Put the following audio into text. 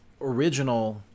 original